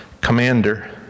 commander